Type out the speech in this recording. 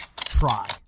try